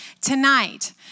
tonight